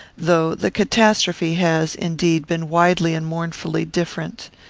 though the catastrophe has, indeed, been widely and mournfully different.